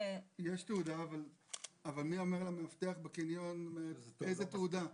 יש תעודה, אבל מי אומר למאבטח בקניון איזו תעודה?